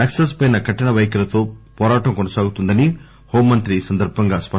నక్సల్స్ పై కరిన పైఖరితో పోరాటం కొనసాగుతోందని హోంమంత్రి ఈ సందర్భంగా అన్నారు